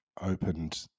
opened